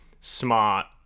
smart